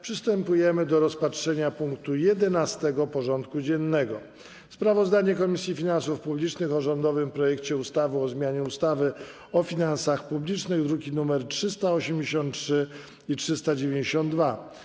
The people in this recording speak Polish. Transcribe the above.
Przystępujemy do rozpatrzenia punktu 11. porządku dziennego: Sprawozdanie Komisji Finansów Publicznych o rządowym projekcie ustawy o zmianie ustawy o finansach publicznych (druki nr 383 i 392)